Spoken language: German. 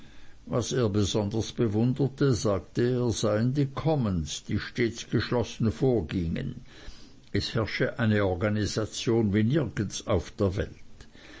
was er besonders bewunderte sagte er seien die commons die stets geschlossen vorgingen es herrsche eine organisation wie nirgends auf der welt